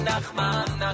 Nachman